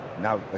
Now